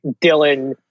Dylan